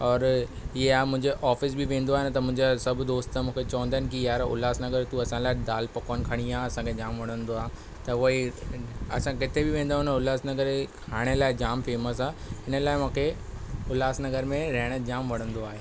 और इहा मुंहिंजे ऑफिस बि वेंदो आहियां न त मुंहिंजा सभु दोस्त मूंखे चंवंदा आहिनि कि यार उल्हानगर तूं असां लाइ दाल पकवान खणी आ असां खे जाम वणंदो आहे त उहे ई असां किथे बि वेंदा आहियूं न उल्हासनगर खाइण लाइ जामु फेमस आहे इन लाइ मूंखे उल्हासनगर में रहण जामु वणंदो आहे